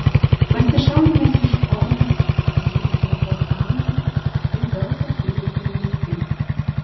pasišalinęs iš choro aš nusivilkau kamžą ir vėl pasiverčiau vilku